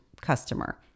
customer